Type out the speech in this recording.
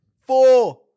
Four